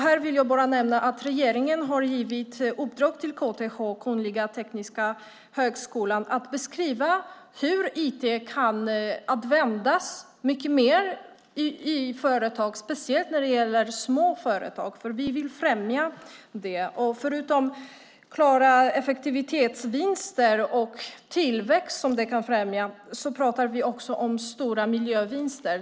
Jag vill nämna att regeringen har gett Kungliga Tekniska högskolan i uppdrag att beskriva hur IT kan användas mer i företag, speciellt när det gäller små företag. Det är något som vi vill främja. Förutom att det kan främja effektivitet och tillväxt handlar det om stora miljövinster.